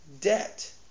debt